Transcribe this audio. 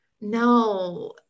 no